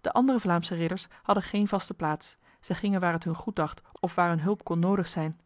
de andere vlaamse ridders hadden geen vaste plaats zij gingen waar het hun goed dacht of waar hun hulp kon nodig zijn